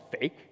fake